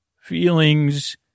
feelings